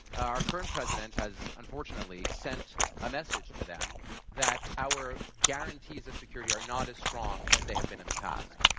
our current president has, unfortunately, sent a message to them that our guarantees of security are not as strong as they have been in the past.